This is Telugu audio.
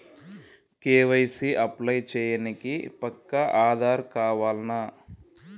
కే.వై.సీ అప్లై చేయనీకి పక్కా ఆధార్ కావాల్నా?